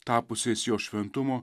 tapusiais jo šventumo